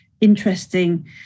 interesting